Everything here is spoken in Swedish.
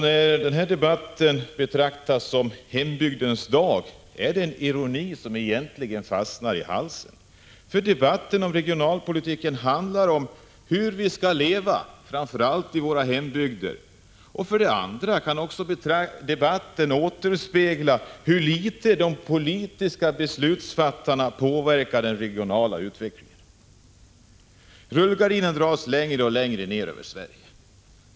När denna debatt betraktas som hembygdens dag är det en ironi som egentligen fastnar i halsen. Debatten om regionalpolitiken handlar om hur vi skallleva, framför allt i våra hembygder. Vidare kan debatten återspegla hur litet de politiska beslutsfattarna påverkar den regionala utvecklingen. Rullgardinen dras längre och längre ned över Sverige.